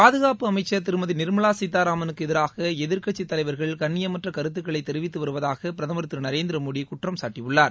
பாதுகாப்பு அமைச்சர் திருமதி நிர்மலா சீத்தாராமனுக்கு எதிராக எதிர்கட்சி தலைவர்கள் கண்ணியமற்ற கருத்துகளை தெரிவித்து வருவதாக பிரதமர் திரு நரேந்திர மோடி குற்றம் சாட்டியுள்ளார்